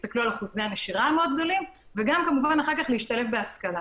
תסתכלו על אחוזי הנשירה המאוד גדולים וגם אחר כך להשתלב בהשכלה.